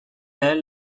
elle